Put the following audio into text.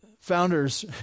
Founders